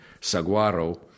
saguaro